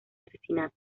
asesinatos